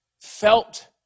felt